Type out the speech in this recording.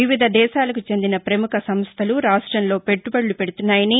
వివిధ దేశాలకు చెందిన ప్రముఖ సంస్టలు రాష్టంలో పెట్టుబడులు పెడుతున్నాయని